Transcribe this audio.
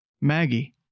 Maggie